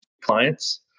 clients